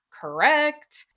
correct